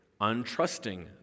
untrusting